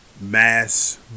mass